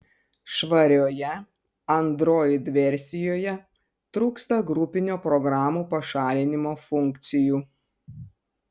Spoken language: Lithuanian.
švarioje android versijoje trūksta grupinio programų pašalinimo funkcijų